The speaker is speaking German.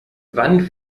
wann